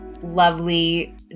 lovely